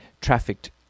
trafficked